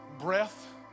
breath